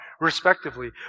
respectively